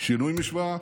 שינוי משוואה.